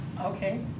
Okay